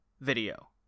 video